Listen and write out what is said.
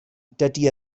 dydy